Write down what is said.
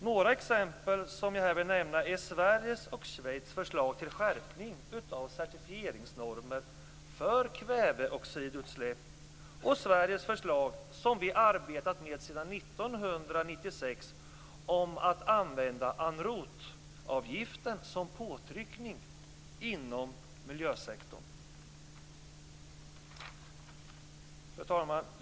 Några exempel som jag här vill nämna är Sveriges och Schweiz förslag till skärpning av certifieringsnormer för kväveoxidutsläpp, och Sveriges förslag, som vi har arbetat med sedan 1996, om att använda en route-avgiften som påtryckning inom miljösektorn. Fru talman!